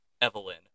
Evelyn